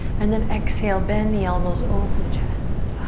and then exhale, bend the elbows, open the chest.